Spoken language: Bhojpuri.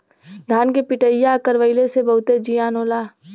धान के पिटईया करवइले से बहुते जियान होला